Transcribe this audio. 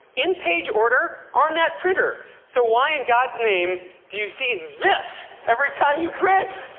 in page order, on that printer. so why in god's name do you see this every time you print?